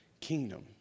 kingdom